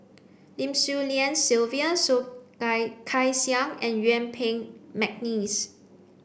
Lim Swee Lian Sylvia Soh Kay Siang and Yuen Peng McNeice